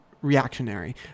reactionary